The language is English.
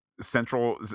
central